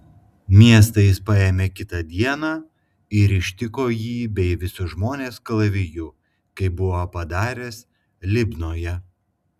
miestą jis paėmė kitą dieną ir ištiko jį bei visus žmones kalaviju kaip buvo padaręs libnoje